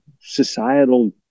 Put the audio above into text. societal